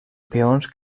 peons